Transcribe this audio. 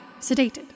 sedated